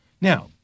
Now